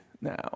now